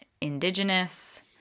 indigenous